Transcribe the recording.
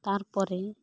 ᱛᱟᱨᱯᱚᱨᱮ